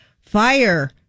fire